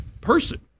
person